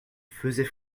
faisait